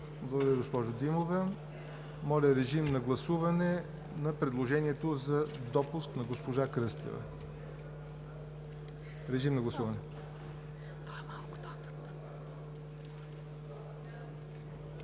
Благодаря, госпожо Димова. Моля, режим на гласуване на предложението за допуск на госпожа Кръстева. Гласували